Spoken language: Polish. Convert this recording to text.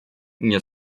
nie